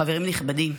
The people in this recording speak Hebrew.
חברים נכבדים,